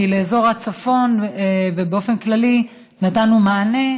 כי לאזור הצפון ובאופן כללי נתנו מענה,